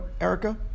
Erica